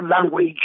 language